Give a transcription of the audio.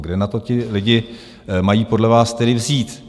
Kde na to ti lidé mají podle vás tedy vzít?